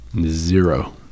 zero